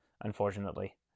unfortunately